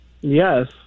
Yes